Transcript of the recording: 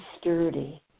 sturdy